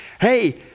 hey